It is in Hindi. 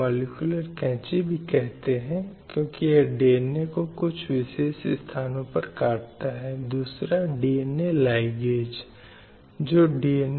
इसलिए प्रत्येक महिला को जीवन के अधिकार समानता के अधिकार व्यक्ति की स्वतंत्रता और सुरक्षा के अधिकार की गारंटी दी जानी चाहिए